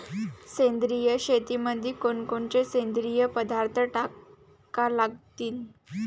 सेंद्रिय शेतीमंदी कोनकोनचे सेंद्रिय पदार्थ टाका लागतीन?